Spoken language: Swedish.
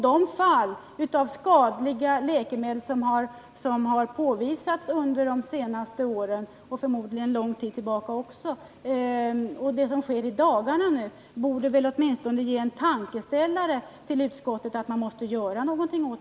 De fall av skadliga läkemedel som har påvisats under de senaste åren — och förmodligen har sådana förekommit under lång tid — liksom vad som sker under dessa dagar borde väl ge utskottet en tankeställare om att något måste göras på detta område.